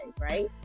right